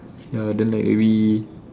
ya then like maybe